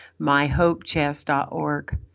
myhopechess.org